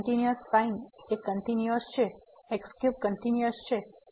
તેથી તે continuous sin એ કંટીન્યુઅસ છે x3 કંટીન્યુઅસ છે